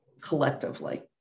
collectively